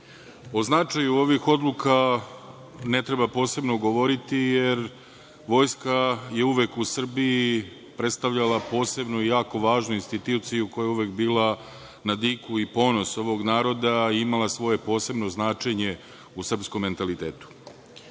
značaju ovih odluka, ne treba posebno govoriti, jer Vojska je uvek u Srbiji predstavljala posebno i jako važnu instituciju, koja je uvek bila na diku i ponos ovog naroda i imala svoje posebno značenje u srpskom mentalitetu.